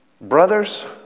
Brothers